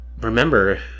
remember